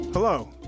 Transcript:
Hello